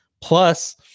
plus